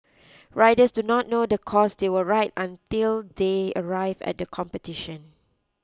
riders do not know the course they will ride until they arrive at the competition